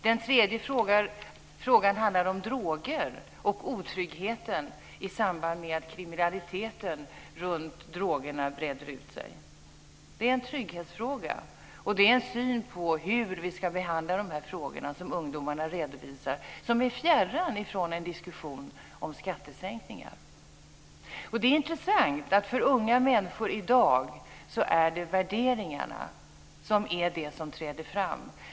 Den tredje frågan handlar om droger och otryggheten i samband med att kriminaliteten runt drogerna breder ut sig. Det är en trygghetsfråga. Den syn på hur vi ska behandla de frågor som ungdomarna redovisar är fjärran från en diskussion om skattesänkningar. Det är intressant att det för unga människor i dag är värderingarna som träder fram.